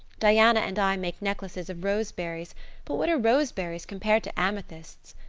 diana and i make necklaces of roseberries but what are roseberries compared to amethysts?